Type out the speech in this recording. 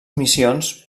missions